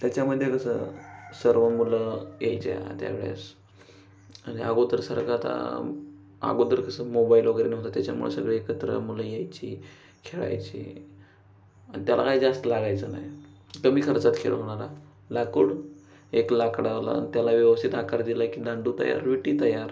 त्याच्यामध्ये कसं सर्व मुलं यायचे त्यावेळेस आणि अगोदर सारखं आता अगोदर कसं मोबाईल वगैरे नव्हतं त्याच्यामुळे सगळं एकत्र मुलं यायची खेळायची आणि त्याला काय जास्त लागायचं नाही कमी खर्चात खेळ होणारा लाकूड एक लाकडाला त्याला व्यवस्थित आकार दिला की दांडू तयार विटी तयार